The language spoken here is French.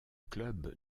club